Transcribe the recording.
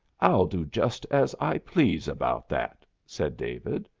i'll do just as i please about that, said david.